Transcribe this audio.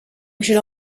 should